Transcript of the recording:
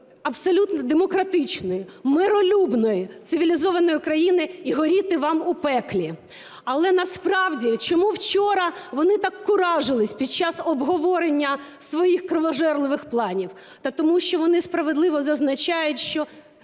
абсолютно демократичної, миролюбної, цивілізованої країни. І горіти вам у пеклі! Але насправді, чому вчора вони так куражились під час обговорення своїх кровожерливих планів? Та тому що вони справедливо зазначають,